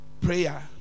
prayer